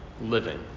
living